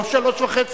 לא שלוש שנים וחצי,